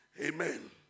Amen